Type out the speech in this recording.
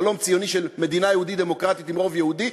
חלום ציוני של מדינה יהודית דמוקרטית עם רוב יהודי,